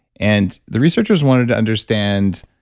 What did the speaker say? and the researchers wanted to understand